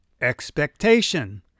Expectation